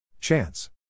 Chance